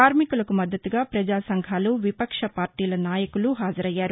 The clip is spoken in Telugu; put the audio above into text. కార్మికులకు మద్దతుగా ప్రజా సంఘాలు విపక్ష పార్టీల నాయకులు హాజరయ్యారు